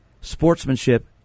Sportsmanship